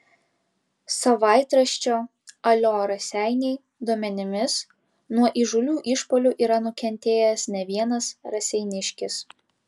savaitraščio alio raseiniai duomenimis nuo įžūlių išpuolių yra nukentėjęs ne vienas raseiniškis